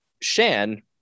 Shan